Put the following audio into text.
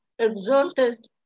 exalted